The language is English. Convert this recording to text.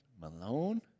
Malone